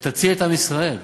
תציל את עם ישראל.